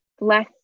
less